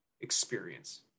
experience